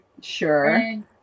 sure